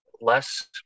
less